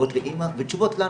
תשובות לאמא ותשובות לנו.